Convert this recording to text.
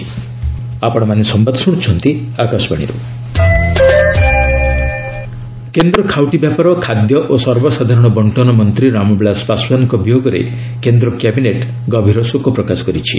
cabinet condolence କେନ୍ଦ୍ର ଖାଉଟି ବ୍ୟାପାର ଖାଦ୍ୟ ଓ ସର୍ବସାଧାରଣ ବଣ୍ଟନ ମନ୍ତ୍ରୀ ରାମବିଳାସ ପାଶ୍ୱାନ୍ଙ୍କ ବିୟୋଗରେ କେନ୍ଦ୍ର କ୍ୟାବିନେଟ୍ ଗଭୀର ଶୋକ ପ୍ରକାଶ କରିଛି